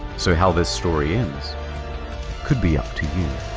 so how this story ends could be up to you,